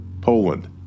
Poland